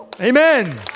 Amen